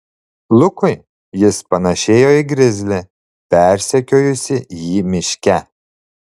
lukui jis panėšėjo į grizlį persekiojusį jį miške